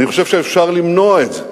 אני חושב שאפשר למנוע את זה